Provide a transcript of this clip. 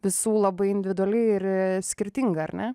visų labai individuali ir skirtinga ar ne